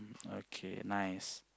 okay nice